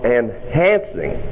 enhancing